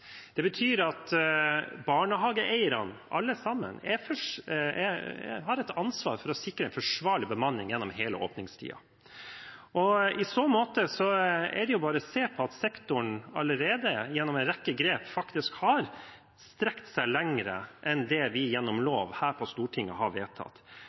Det betyr at alle barnehageeierne har et ansvar for å sikre en forsvarlig bemanning gjennom hele åpningstiden. I så måte er det bare å se på at sektoren allerede, gjennom en rekke grep, faktisk har strukket seg lenger enn det vi gjennom lov her på Stortinget har vedtatt.